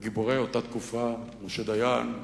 לגיבורי אותה תקופה: משה דיין,